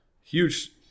Huge